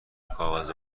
کاغذ